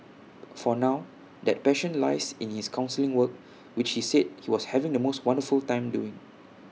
for now that passion lies in his counselling work which he said he was having the most wonderful time doing